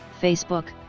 Facebook